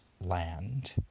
land